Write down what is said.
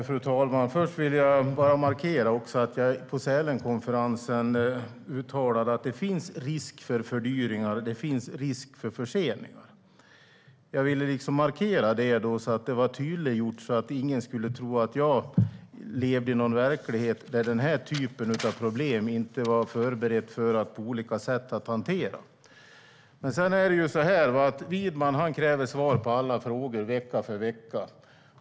Fru talman! Först vill jag bara markera att jag på Sälenkonferensen tydligt uttalade att det finns risk för fördyringar och för förseningar, så att ingen skulle tro att jag levde i en verklighet där den här typen av problem inte var förberedda för att på olika sätt hanteras. Widman kräver svar på alla frågor vecka för vecka.